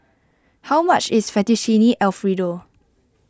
how much is Fettuccine Alfredo